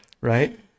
right